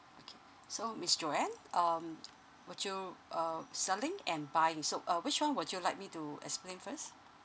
okay so miss Joanne um would you uh selling and buying so uh which one would you like me to explain first